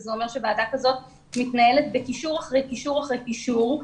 זה אומר שוועדה כזאת מתנהלת בקישור אחרי קישור אחרי קישור.